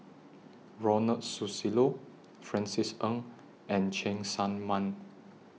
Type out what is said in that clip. Ronald Susilo Francis Ng and Cheng Tsang Man